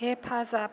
हेफाजाब